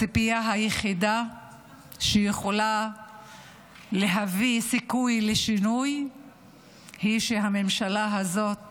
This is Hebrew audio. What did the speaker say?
הציפייה היחידה שיכולה להביא סיכוי לשינוי היא שהממשלה הזאת